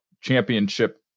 championship